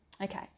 Okay